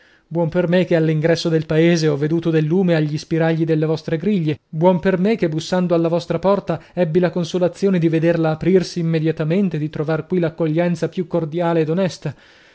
buon per me che all'ingresso del paese ho veduto del lume agli spiragli delle vostre griglie buon per me che bussando alla vostra porta ebbi la consolazione di vederla aprirsi immediatamente e di trovar qui l'accoglienza più cordiale ed onesta